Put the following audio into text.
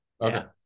Okay